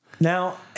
Now